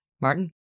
Martin